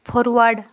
forward